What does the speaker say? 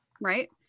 Right